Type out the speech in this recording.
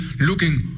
looking